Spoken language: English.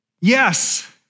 Yes